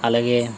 అలాగే